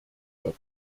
wird